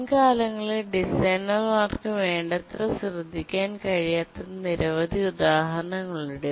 മുൻകാലങ്ങളിൽ ഡിസൈനർമാർക്ക് വേണ്ടത്ര ശ്രദ്ധിക്കാൻ കഴിയാത്ത നിരവധി ഉദാഹരണങ്ങൾ ഉണ്ട്